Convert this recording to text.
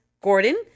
Gordon